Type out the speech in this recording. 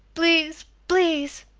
please, please!